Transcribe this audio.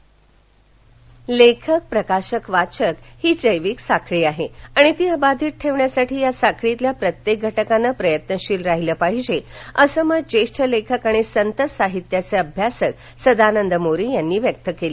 पुरस्कार लेखक प्रकाशक वाचक ही जैविक साखळी आहे आणि ती अबाधीत ठेवण्यासाठी या साखळीतील प्रत्येक घटकानं प्रयत्नशील राहिलं पाहिजं असं मत ज्येष्ठ लेखक आणि संत साहित्याचे अभ्यासक सदानंद मोरे यांनी व्यक्त केलं